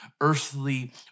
earthly